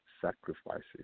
sacrifices